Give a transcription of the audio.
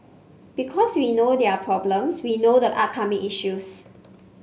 because we know their problems we know the upcoming issues